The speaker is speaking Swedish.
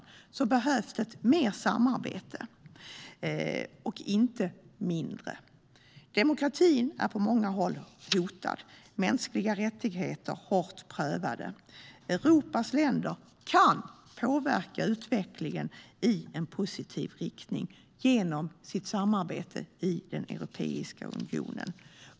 I dag behövs mer samarbete och inte mindre. Demokratin är på många håll hotad och mänskliga rättigheter hårt prövade. Europas länder kan påverka utvecklingen i en positiv riktning genom sitt samarbete i Europeiska unionen.